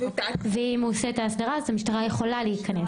ואם הוא עושה את ההסדרה אז המשטרה יכולה להיכנס?